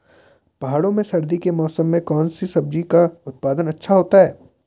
पहाड़ों में सर्दी के मौसम में कौन सी सब्जी का उत्पादन अच्छा होता है?